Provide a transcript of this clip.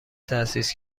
تأسیس